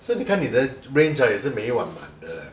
所以你看你的 range ah 也是每一晚满的 eh